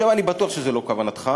אני בטוח שזו לא כוונתך.